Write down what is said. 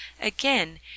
Again